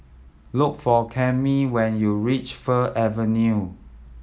look for Camille when you reach Fir Avenue